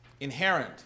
inherent